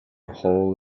hole